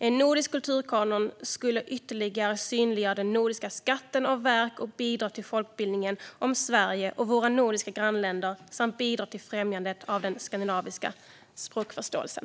En nordisk kulturkanon skulle ytterligare synliggöra den nordiska skatten av verk och bidra till folkbildningen om Sverige och våra nordiska grannländer samt bidra till främjandet av den skandinaviska språkförståelsen.